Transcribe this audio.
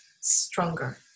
stronger